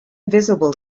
visible